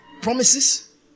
Promises